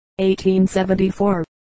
1874